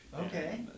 Okay